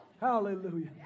Hallelujah